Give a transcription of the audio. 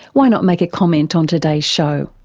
why not make a comment on today's show,